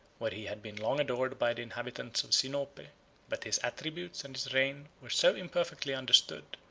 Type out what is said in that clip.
where he had been long adored by the inhabitants of sinope but his attributes and his reign were so imperfectly understood,